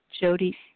Jody